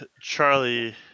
Charlie